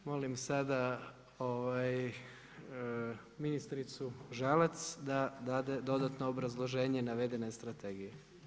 Molim sada ministricu Žalac da dade dodatno obrazloženje navedene strategije.